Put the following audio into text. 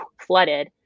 flooded